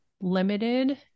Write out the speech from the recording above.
limited